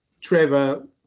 Trevor